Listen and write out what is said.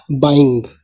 buying